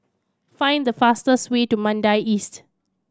find the fastest way to Mandai Estate